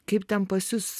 kaip ten pas jus